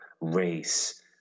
race